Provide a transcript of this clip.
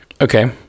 Okay